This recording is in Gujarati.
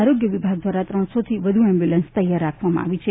આરોગ્ય વિભાગ દ્વારા ત્રણસોથી વધુ એમ્બ્યૂલન્સ તૈયાર રાખવામાં આવી છે